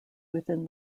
within